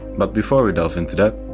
but before we delve into that,